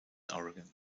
oregon